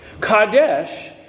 Kadesh